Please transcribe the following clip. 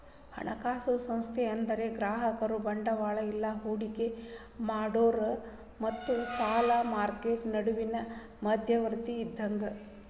ಹಣಕಾಸು ಸಂಸ್ಥೆ ಅಂದ್ರ ಗ್ರಾಹಕರು ಬಂಡವಾಳ ಇಲ್ಲಾ ಹೂಡಿಕಿ ಮಾಡೋರ್ ಮತ್ತ ಸಾಲದ್ ಮಾರ್ಕೆಟ್ ನಡುವಿನ್ ಮಧ್ಯವರ್ತಿ ಇದ್ದಂಗ